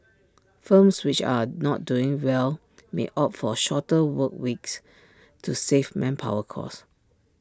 firms which are not doing well may opt for shorter work weeks to save manpower costs